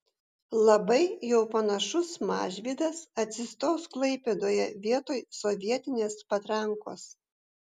labai jau panašus mažvydas atsistos klaipėdoje vietoj sovietinės patrankos